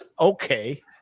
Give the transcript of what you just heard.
okay